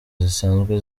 zisanzwe